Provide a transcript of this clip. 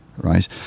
right